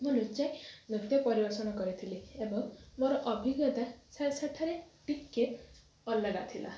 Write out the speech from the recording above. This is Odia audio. ମୁଁ ଲୁଚାଇ ନୃତ୍ୟ ପରିବେଷଣ କରିଥିଲି ଏବଂ ମୋର ଅଭିଜ୍ଞତା ସେଠାରେ ଟିକେ ଅଲଗା ଥିଲା